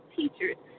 teachers